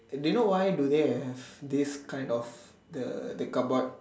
do you know why do they have this kind of the the cardboard